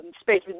space